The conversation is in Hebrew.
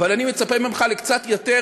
אבל אני מצפה ממך לקצת יותר